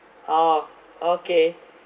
orh okay